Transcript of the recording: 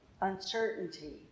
uncertainty